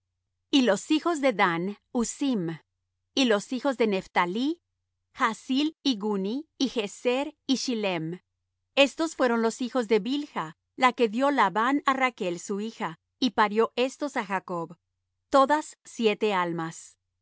y los hijos de dan husim y los hijos de nephtalí jahzeel y guni y jezer y shillem estos fueron los hijos de bilha la que dió labán á rachl su hija y parió estos á jacob todas siete almas